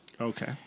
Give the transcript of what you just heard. Okay